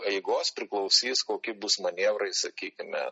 eigos priklausys kokie bus manevrai sakykime